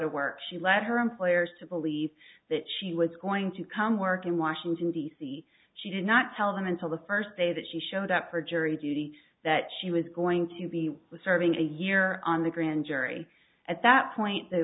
to work she led her employers to believe that she was going to come work in washington d c she did not tell them until the first day that she showed up for jury duty that she was going to be serving a year on the grand jury at that point the